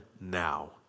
now